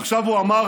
עכשיו הוא אמר